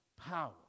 power